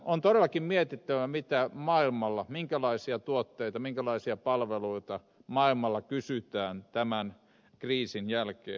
on todellakin mietittävä minkälaisia tuotteita minkälaisia palveluita maailmalla kysytään tämän kriisin jälkeen